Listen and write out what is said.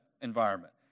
environment